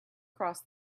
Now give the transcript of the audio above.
cross